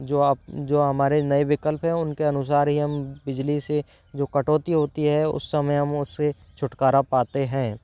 जो आप जो हमारे नए विकल्प हैं उनके अनुसार ही हम बिजली से जो कटौती होती है उस समय हम उससे छुटकारा पाते हैं